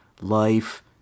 life